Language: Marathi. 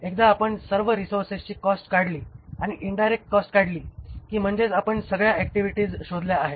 एकदा आपण सर्व टोटल रिसोर्सेसची कॉस्ट काढली आणि इन्डायरेक्ट कॉस्ट काढली की म्हणजेच आपण सगळ्या ऍक्टिव्हिटीज शोधल्या आहेत